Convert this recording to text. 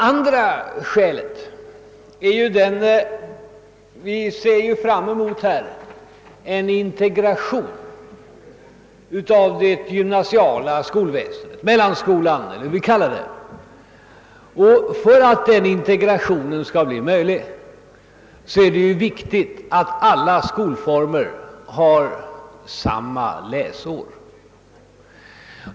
För det andra ser vi fram mot en integration av det gymnasiala skolväsendet — mellanskolan eller vad vi vill kalla den — och för att den integrationen skall bli möjlig är det viktigt att alla skolformer har samma längd på läsåret.